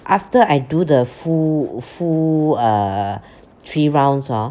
after I do the full full err three rounds hor